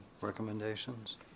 recommendations